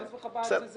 גם אם זה חב"ד וצאנז,